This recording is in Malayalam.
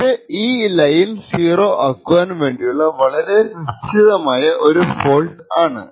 ഇത് ഈ ലൈൻ 0 ആക്കുവാൻ വേണ്ടിയുള്ള വളരെ നിശ്ചിതമായ ഒരു ഫോൾട്ട് ആണ്